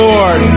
Lord